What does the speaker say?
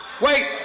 wait